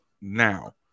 now